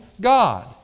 God